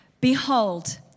Behold